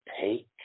take